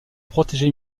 protéger